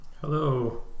Hello